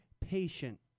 patient